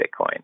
Bitcoin